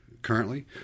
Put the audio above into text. currently